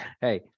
hey